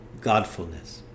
Godfulness